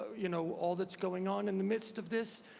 you know, all that's going on in the midst of this.